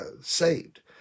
saved